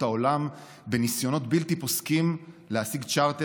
העולם בניסיונות בלתי פוסקים להשיג צ'רטר,